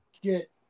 get